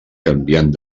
canviant